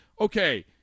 Okay